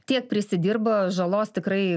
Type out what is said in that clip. tiek prisidirba žalos tikrai